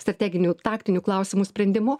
strateginių taktinių klausimų sprendimu